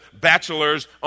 bachelors